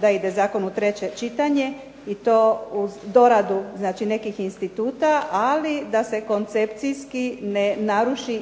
da ide zakon u treće čitanje i to uz doradu nekih instituta, ali da se koncepcijski ne naruši